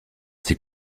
ses